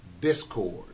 discord